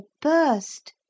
burst